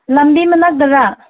ꯂꯝꯕꯤ ꯃꯅꯥꯛꯇꯔꯥ